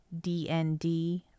DND